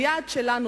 היעד שלנו,